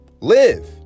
Live